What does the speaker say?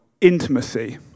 Intimacy